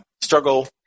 Struggle